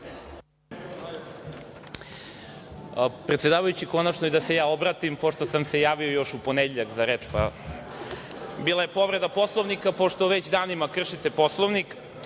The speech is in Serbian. Predsedavajući, konačno da se i ja obratim, pošto sam se javo još u ponedeljak za reč. Bila je povreda Poslovnika pošto već danima kršite Poslovnik.